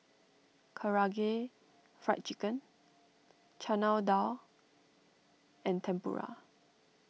Karaage Fried Chicken Chana Dal and Tempura